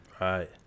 Right